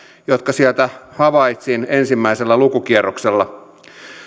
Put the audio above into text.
jotka sieltä havaitsin ensimmäisellä lukukierroksella